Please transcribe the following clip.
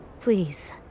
Please